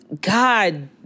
God